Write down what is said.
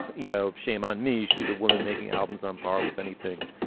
you know, shame on me. she's a woman making albums on par with anything.